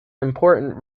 important